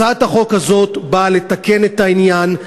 הצעת החוק הזאת באה לתקן את העניין.